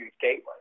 gateway